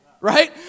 right